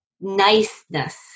niceness